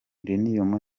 uranium